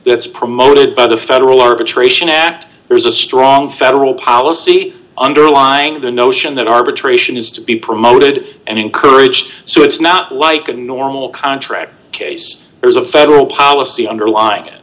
it's promoted by the federal arbitration act there is a strong federal policy underlying the notion that arbitration is to be promoted and encouraged so it's not like a normal contract case there's a federal policy underlying it